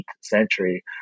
century